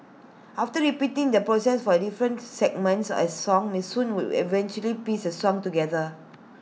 after repeating this process for the different segments of A song miss soon would eventually piece the song together